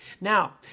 Now